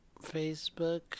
Facebook